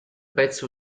pezzo